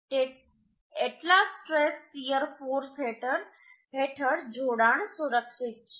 તેટલા stress shear force હેઠળ જોડાણ સુરક્ષિત છે